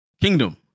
kingdom